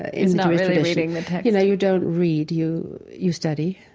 is not really reading the text you know, you don't read you you study.